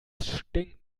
stinkt